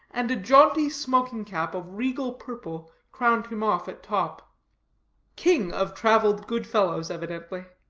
and a jaunty smoking-cap of regal purple crowned him off at top king of traveled good-fellows, evidently.